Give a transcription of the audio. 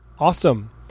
Awesome